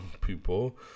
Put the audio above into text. people